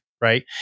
Right